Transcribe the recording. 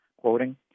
quoting